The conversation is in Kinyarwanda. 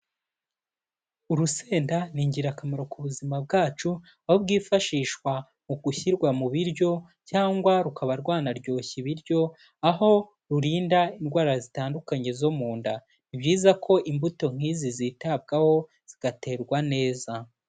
Urusenda ni ingirakamaro ku buzima bwacu aho rwifashishwa mu gushyirwa mu biryo cyangwa rukaba rwanaryoshya ibiryo, aho rurinda indwara zitandukanye zo mu nda, ni byiza ko imbuto nk'izi zitabwaho zigaterwa neza.